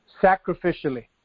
sacrificially